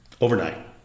Overnight